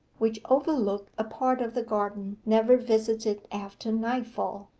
which overlooked a part of the garden never visited after nightfall,